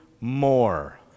more